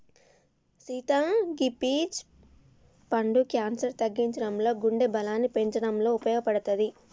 సీత గీ పీచ్ పండు క్యాన్సర్ తగ్గించడంలో గుండె బలాన్ని పెంచటంలో ఉపయోపడుతది